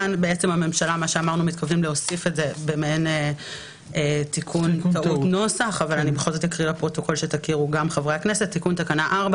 בעל רישיון לישיבת ארעי כללי בישראל לפי חוק הכניסה לישראל זה סעיף 6(ב)